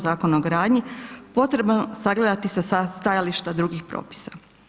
Zakona o gradnji, potrebno sagledati sa stajališta drugih propisa.